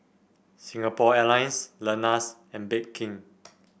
Singapore Airlines Lenas and Bake King